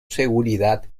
seguridad